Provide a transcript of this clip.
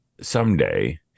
someday